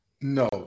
No